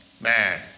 man